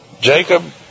Jacob